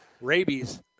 Rabies